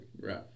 Right